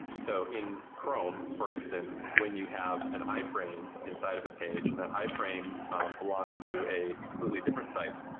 so in chrome, for instance, when you have an i-frame inside of a page and that i-frame belongs to a completely different site,